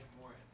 Morris